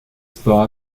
sports